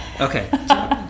Okay